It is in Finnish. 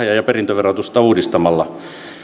ja perintöverotusta uudistamalla